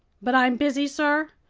but i'm busy, sir,